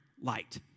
light